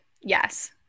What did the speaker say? yes